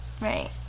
right